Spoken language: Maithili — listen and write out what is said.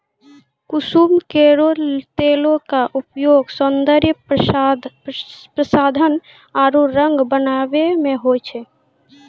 कुसुम केरो तेलो क उपयोग सौंदर्य प्रसाधन आरु रंग बनावै म होय छै